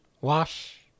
wash